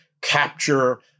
capture